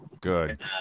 Good